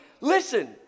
listen